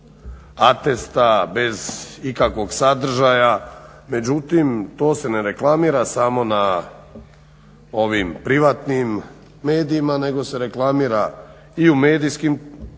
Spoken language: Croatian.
atesta, bez ikakvog sadržaja, međutim to se ne reklamira samo na ovim privatnim medijima, nego se reklamira i u medijskim tiskovinama,